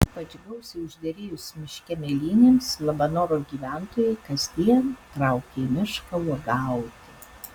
ypač gausiai užderėjus miške mėlynėms labanoro gyventojai kasdien traukia į mišką uogauti